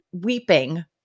weeping